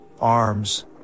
arms